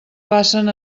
passen